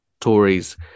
tories